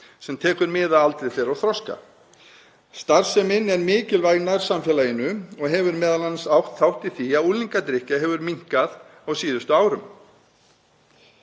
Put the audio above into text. og tekur mið af aldri þeirra og þroska. Starfsemin er mikilvæg nærsamfélaginu og hefur m.a. átt þátt í því að unglingadrykkja hefur minnkað á síðustu árum.